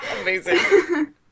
amazing